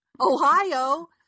Ohio